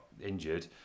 injured